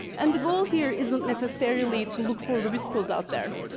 and the goal here isn't necessarily to look for rubiscos out there.